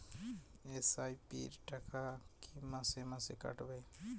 SIP র টাকা কী মাসে মাসে কাটবে?